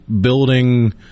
building